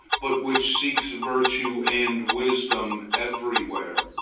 but which seeks virtue and wisdom everywhere,